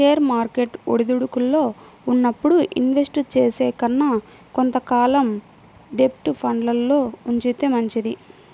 share market ఒడిదుడుకుల్లో ఉన్నప్పుడు invest చేసే కన్నా కొంత కాలం డెబ్ట్ ఫండ్లల్లో ఉంచితే మంచిది